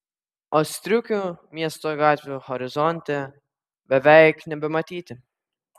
o striukių miesto gatvių horizonte beveik nebematyti